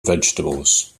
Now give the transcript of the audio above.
vegetables